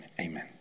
amen